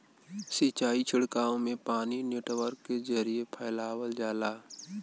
सिंचाई छिड़काव में पानी नेटवर्क के जरिये फैलावल जाला